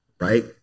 Right